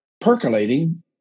percolating